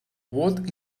what